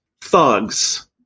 thugs